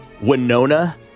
Winona